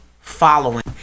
following